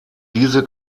diese